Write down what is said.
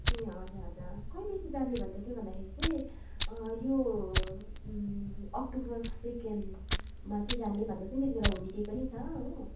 ए हजुर हजुर अँ कहिले चाहिँ जाने भन्दैथ्यो भन्दाखेरि चाहिँ यो अक्टोबर सेकेन्डमा चाहिँ जाने भन्दैथ्यो नि त्यति बेला होलिडे पनि छ हो